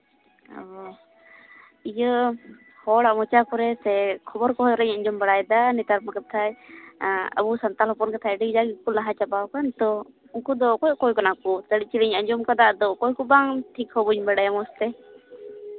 ᱚ ᱤᱭᱟᱹ ᱦᱚᱲᱟᱜ ᱢᱚᱪᱟ ᱠᱚᱨᱮ ᱥᱮ ᱠᱷᱚᱵᱚᱨ ᱠᱚᱨᱮᱧ ᱟᱸᱡᱚᱢ ᱵᱟᱲᱟᱭᱫᱟ ᱱᱮᱛᱟᱨ ᱵᱟᱝᱢᱟ ᱠᱟᱛᱷᱟᱡ ᱟᱵᱚ ᱥᱟᱱᱛᱟᱲ ᱦᱚᱯᱚᱱ ᱠᱟᱛᱷᱟᱡ ᱟᱹᱰᱤ ᱜᱟᱱ ᱠᱚ ᱞᱟᱦᱟ ᱪᱟᱵᱟ ᱟᱠᱟᱱ ᱛᱚ ᱩᱱᱠᱩ ᱫᱚ ᱚᱠᱚᱭ ᱚᱠᱚᱭ ᱠᱟᱱᱟ ᱠᱚ ᱠᱟᱹᱴᱤᱡ ᱪᱮᱞᱟᱝ ᱟᱸᱡᱚᱢ ᱠᱟᱫᱟ ᱟᱫᱚ ᱚᱠᱚᱭ ᱵᱟᱝ ᱴᱷᱤᱠ ᱦᱚᱸ ᱵᱟᱹᱧ ᱵᱟᱲᱟᱭᱟ ᱢᱚᱡᱽ ᱛᱮ